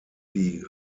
die